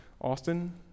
Austin